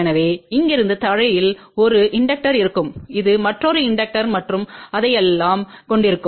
எனவே இங்கிருந்து தரையில் 1 இண்டக்டர் இருக்கும் இது மற்றொரு இண்டக்டர் மற்றும் அதையெல்லாம் கொண்டிருக்கும்